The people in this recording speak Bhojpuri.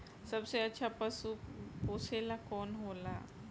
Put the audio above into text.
सबसे अच्छा पशु पोसेला कौन होला?